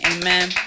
Amen